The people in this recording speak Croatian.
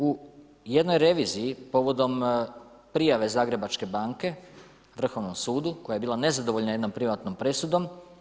U jednoj reviziji povodom prijave Zagrebačke banke Vrhovnom sudu, koja je bila nezadovoljna jednom privatnom presudom.